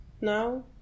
Now